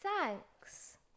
Thanks